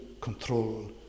control